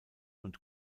und